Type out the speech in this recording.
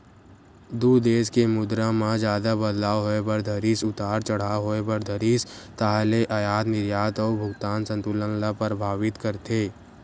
दू देस के मुद्रा म जादा बदलाव होय बर धरिस उतार चड़हाव होय बर धरिस ताहले अयात निरयात अउ भुगतान संतुलन ल परभाबित करथे